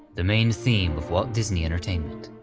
the main theme of walt disney entertainment.